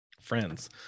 friends